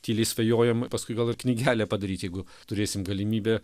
tyliai svajojam paskui gal ir knygelę padaryt jeigu turėsim galimybę